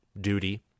duty